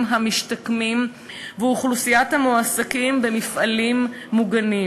המשתקמים ואוכלוסיית המועסקים במפעלים מוגנים.